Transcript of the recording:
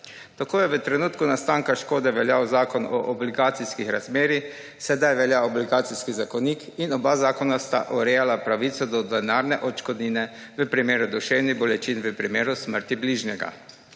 Tako je v trenutku nastanka škode veljal Zakon o obligacijskih razmerjih, sedaj velja Obligacijski zakonik in oba zakona sta urejala pravico do denarne odškodnine v primeru duševnih bolečin v primeru smrti bližnjega.